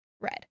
red